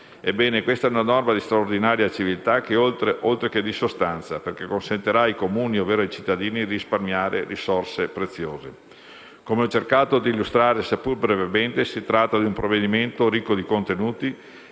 Ebbene, questa è una norma di straordinaria civiltà, oltre che di sostanza, perché consentirà ai Comuni, ovvero ai cittadini, di risparmiare risorse preziose. Come ho cercato di illustrare, seppur brevemente, si tratta di un provvedimento ricco di contenuti,